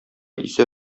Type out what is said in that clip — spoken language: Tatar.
исә